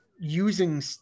using